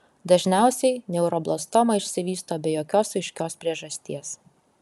dažniausiai neuroblastoma išsivysto be jokios aiškios priežasties